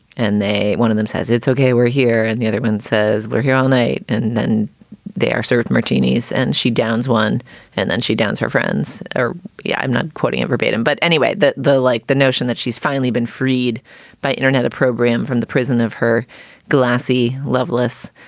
and they one of them says it's okay, we're here. and the other one says, we're here all night. and then they're served martinis and she downs one and then she downs her friends. ah yeah i'm not putting it verbatim, but anyway that the like the notion that she's finally been freed by internet opprobrium from the prison of her glassy, loveless,